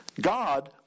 God